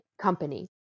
company